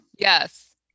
yes